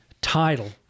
title